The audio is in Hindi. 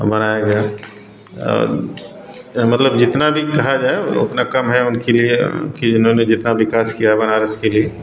बनाया गया मतलब जितना भी कहा जाए उतना कम है उनके लिए कि उन्होंने जितना विकास किया बनारस के लिए